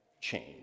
change